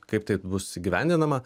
kaip tai bus įgyvendinama